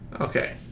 Okay